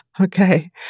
okay